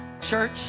Church